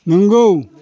नंगौ